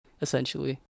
essentially